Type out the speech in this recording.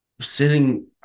sitting